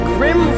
Grim